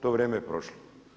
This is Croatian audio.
To vrijeme je prošlo.